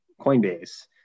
Coinbase